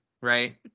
right